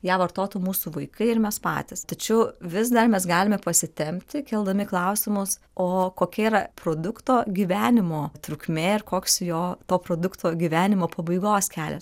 ją vartotų mūsų vaikai ir mes patys tačiau vis dar mes galime pasitempti keldami klausimus o kokia yra produkto gyvenimo trukmė ir koks jo to produkto gyvenimo pabaigos kelias